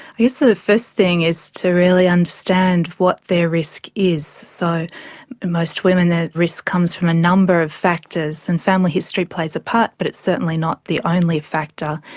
i guess the first thing is to really understand what their risk is. so in most women the risk comes from a number of factors, and family history plays a part but it's certainly not the only factor.